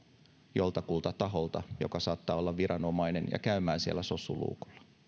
joltakulta taholta joka saattaa olla viranomainen ja käymään siellä sossun luukulla